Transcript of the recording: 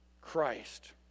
Christ